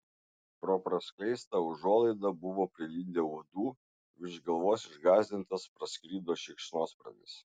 pro praskleistą užuolaidą buvo prilindę uodų virš galvos išgąsdintas praskrido šikšnosparnis